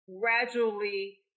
gradually